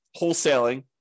wholesaling